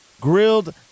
grilled